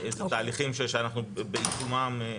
זה תהליכים שאנחנו בעיצומם,